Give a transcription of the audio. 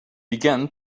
began